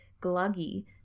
gluggy